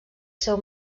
seu